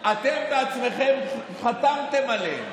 אתם בעצמכם חתמתם עליהן.